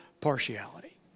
partiality